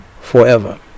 forever